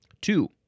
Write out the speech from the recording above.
Two